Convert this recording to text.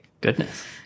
Goodness